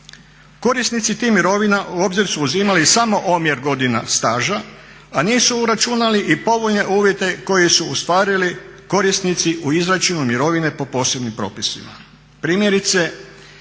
Korisnici tih mirovina u obzir su uzimali samo omjer godina staža, a nisu uračunali i povoljne uvjete koje su ostvarili korisnici u izračunu mirovine po posebnim propisima. Primjerice,